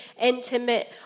intimate